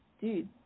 dude